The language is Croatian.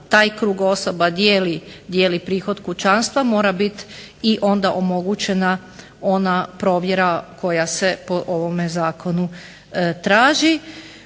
taj krug osoba dijeli prihod kućanstva mora biti i onda omogućena ona provjera koja se po ovome zakonu traži.